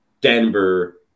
Denver